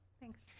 Thanks